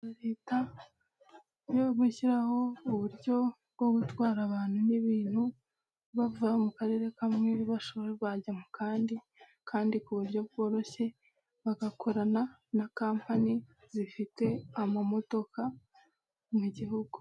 Gahunda Leta yo gushyiraho uburyo bwo gutwara abantu n'ibintu, bava mu karere kamwe bashobora bajya mu kandi kandi ku buryo bworoshye, bagakorana na kampani zifite amamodoka mu gihugu.